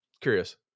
Curious